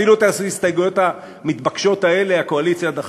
אפילו את ההסתייגויות המתבקשות האלה הקואליציה דחתה.